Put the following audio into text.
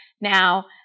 Now